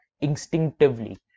instinctively